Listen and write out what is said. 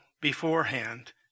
beforehand